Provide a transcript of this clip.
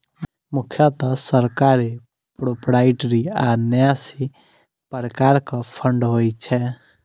मुख्यतः सरकारी, प्रोपराइटरी आ न्यासी प्रकारक फंड होइ छै